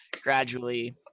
gradually –